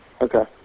Okay